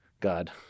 God